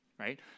right